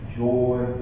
joy